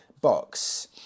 box